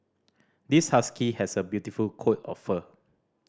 this husky has a beautiful coat of fur